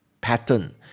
pattern